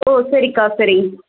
ஓ சரிக்கா சரி